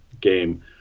game